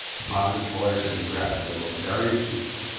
upon which lawyers have engrafted the most various shoots,